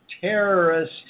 terrorist